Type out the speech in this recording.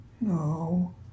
no